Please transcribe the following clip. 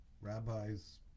rabbis